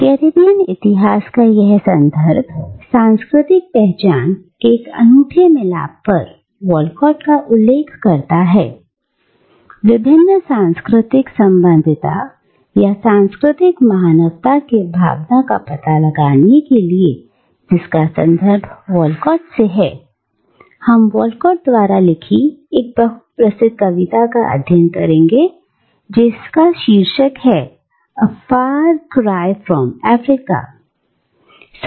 Caribbean इतिहास का यह संदर्भ सांस्कृतिक पहचान के एक अनूठे मिलाप पर वॉलकॉट का उल्लेख करता है विभिन्न सांस्कृतिक संबंधितता या सांस्कृतिक महानतावाद की भावना का पता लगाने के लिए जिसका संदर्भ वालकोट से है हम वालकोट द्वारा लिखी एक बहुत प्रसिद्ध कविता का अध्ययन करेंगे जिसका शीर्षक है "a far cry from Africa"